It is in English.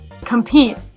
compete